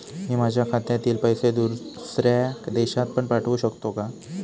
मी माझ्या खात्यातील पैसे दुसऱ्या देशात पण पाठवू शकतो का?